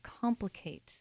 complicate